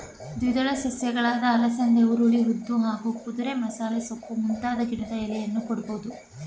ದ್ವಿದಳ ಸಸ್ಯಗಳಾದ ಅಲಸಂದೆ ಹುರುಳಿ ಉದ್ದು ಹಾಗೂ ಕುದುರೆಮಸಾಲೆಸೊಪ್ಪು ಮುಂತಾದ ಗಿಡದ ಎಲೆಯನ್ನೂ ಕೊಡ್ಬೋದು